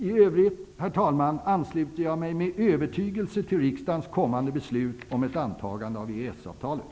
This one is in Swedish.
I övrigt ansluter jag mig med övertygelse till riksdagens kommande beslut om ett antagande av EES-avtalet.